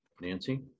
Nancy